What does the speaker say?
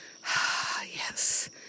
Yes